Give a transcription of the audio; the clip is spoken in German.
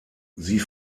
sie